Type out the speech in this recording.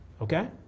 okay